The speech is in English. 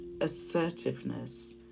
assertiveness